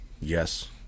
Yes